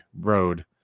road